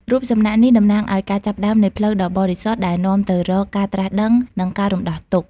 រូបសំណាកនេះតំណាងឱ្យការចាប់ផ្តើមនៃផ្លូវដ៏បរិសុទ្ធដែលនាំទៅរកការត្រាស់ដឹង និងការរំដោះខ្លួន។